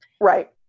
Right